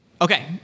Okay